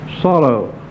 Sorrow